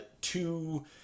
two